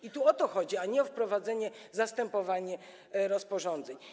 I tu o to chodzi, a nie o wprowadzenie, o zastępowanie rozporządzeń.